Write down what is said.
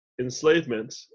enslavement